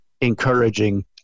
encouraging